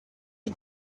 you